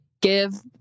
give